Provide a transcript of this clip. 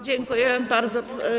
Dziękuję bardzo.